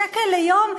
שקל ליום?